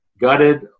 gutted